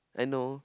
I know